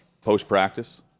post-practice